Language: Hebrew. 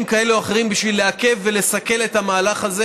כאלה ואחרים לעכב ולסכל את המהלך הזה.